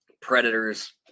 Predators